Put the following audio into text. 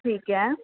ਠੀਕ ਹੈ